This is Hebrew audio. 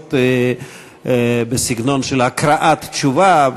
תשובות בסגנון של הקראת תשובה,